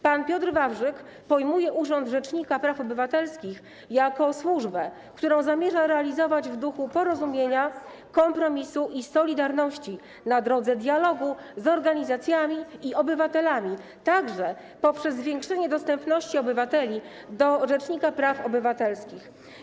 Pan Piotr Wawrzyk pojmuje urząd rzecznika praw obywatelskich jako służbę, którą zamierza realizować w duchu porozumienia, kompromisu i solidarności na drodze dialogu z organizacjami i obywatelami, także poprzez zwiększenie dostępu obywateli do rzecznika praw obywatelskich.